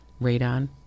Radon